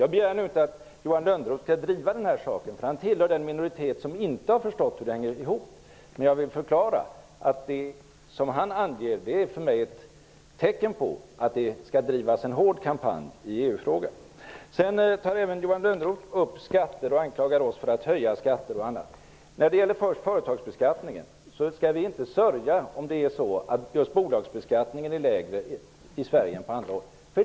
Jag begär nu inte att Johan Lönnroth skall driva denna sak -- han tillhör den minoritet som inte har förstått hur det här hänger ihop -- men jag vill förklara att det som han redovisar för mig är ett tecken på att det måste drivas en hård kampanj i Johan Lönnroth anklagar oss även bl.a. för att höja skatterna. Vad först gäller företagsbeskattningen skall vi inte sörja över att just bolagsbeskattningen är lägre i Sverige än på andra håll.